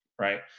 Right